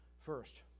First